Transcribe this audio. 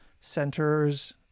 centers